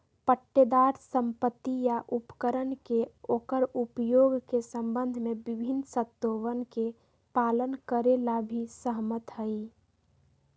पट्टेदार संपत्ति या उपकरण के ओकर उपयोग के संबंध में विभिन्न शर्तोवन के पालन करे ला भी सहमत हई